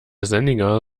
senninger